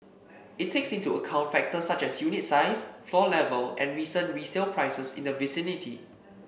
it takes into account factors such as unit size floor level and recent resale prices in the vicinity